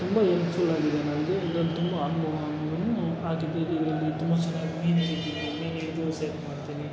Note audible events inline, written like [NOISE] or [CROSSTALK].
ತುಂಬ ಎಲ್ಪ್ಫುಲ್ ಆಗಿದೆ ನನಗೆ ಇದ್ರಲ್ಲಿ ತುಂಬ ಅನುಭವ [UNINTELLIGIBLE] ಆಗಿದೆ ಇದರಲ್ಲಿ ತುಂಬ ಚೆನ್ನಾಗ್ ಮೀನು ಹಿಡಿತಿದ್ವು ಮೀನು ಹಿಡ್ದು ಸೇಲ್ ಮಾಡ್ತೀನಿ